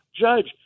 judge